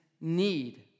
need